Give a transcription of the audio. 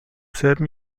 selben